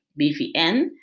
BVN